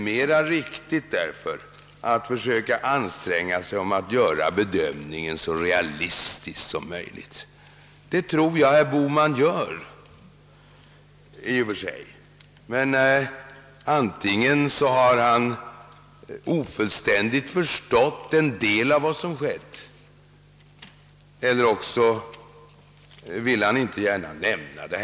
Man bör anstränga sig att göra bedömningen så realistisk som möjligt, och det tror jag att herr Bohman brukar försöka, men antingen har han i detta fall ofullständigt förstått en del av vad som har skett, eller också vill han inte gärna nämna det.